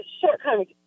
shortcomings